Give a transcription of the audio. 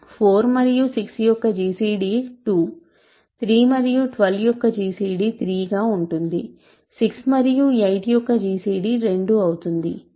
4 మరియు 6 యొక్క జిసిడి 2 3 మరియు 12 యొక్క జిసిడి 3 గా ఉంటుంది 6 మరియు 8 యొక్క జిసిడి 2 అవుతుంది